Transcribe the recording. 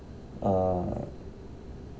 uh